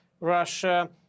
Russia